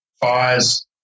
fires